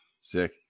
sick